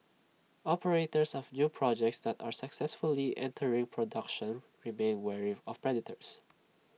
operators of new projects that are successfully entering production remain wary of predators